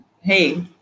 hey